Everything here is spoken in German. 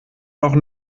noch